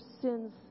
sins